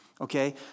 Okay